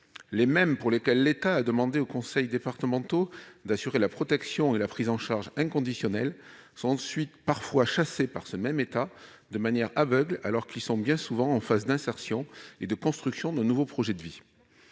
Les mêmes pour lesquels l'État a demandé aux conseils départementaux d'assurer la protection et la prise en charge inconditionnelle sont ensuite parfois chassés par ce même État, de manière aveugle, alors qu'ils sont bien souvent en phase d'insertion et de construction d'un nouveau projet de vie.